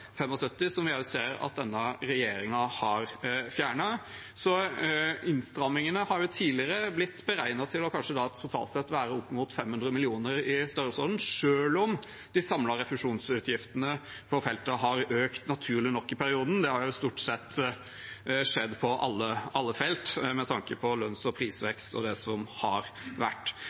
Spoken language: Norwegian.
som vi ser at denne regjeringen har fjernet. Innstrammingene har tidligere blitt beregnet til totalt sett å være opp mot i størrelsesordenen 500 mill. kr, selv om de samlede refusjonsutgiftene på feltet i perioden har økt, naturlig nok – det har stort sett skjedd på alle felt med tanke på lønns- og prisvekst og det som har vært.